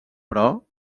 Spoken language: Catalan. però